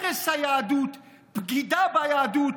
הרס היהדות, בגידה ביהדות.